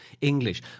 English